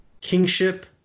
kingship